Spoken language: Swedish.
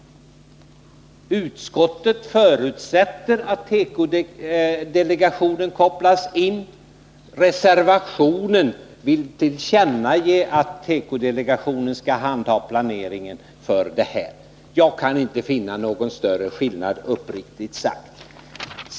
Utskottet ”förutsätter” att tekodelegationen kopplas in. Reservanterna vill ”tillkännage” att tekodelegationen skall handha planeringen. Jag kan inte finna någon större skillnad, uppriktigt sagt.